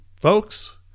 Folks